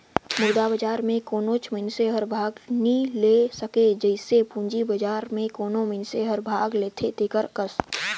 मुद्रा बजार में कोनोच मइनसे हर भाग नी ले सके जइसे पूंजी बजार में कोनो मइनसे हर भाग लेथे तेकर कस